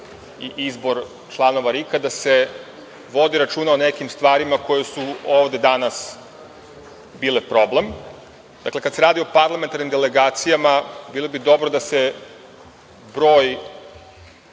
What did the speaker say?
i izbor članova RIK-a, da se vodi računa o nekim stvarima koje su ovde danas bile problem. Dakle, kada se radi o parlamentarnim delegacijama, bilo bi dobro da se broj,